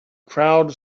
crowd